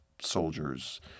soldiers